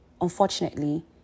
unfortunately